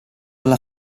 alla